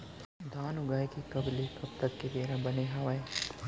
धान उगाए के कब ले कब तक के बेरा बने हावय?